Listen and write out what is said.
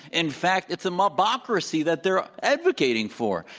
in fact, it's a mobocracy that they're advocating for,